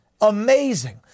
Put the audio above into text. Amazing